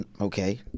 okay